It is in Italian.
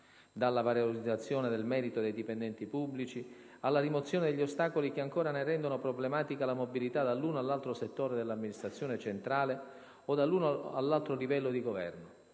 dalla valorizzazione del merito dei dipendenti pubblici, alla rimozione degli ostacoli che ancora ne rendono problematica la mobilità dall'uno all'altro settore dell'amministrazione centrale o dall'uno all'altro livello di governo;